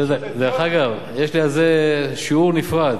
דרך אגב, יש לי על זה שיעור נפרד.